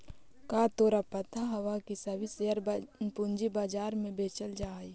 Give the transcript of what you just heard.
का तोहरा पता हवअ की सभी शेयर पूंजी बाजार में बेचल जा हई